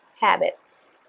habits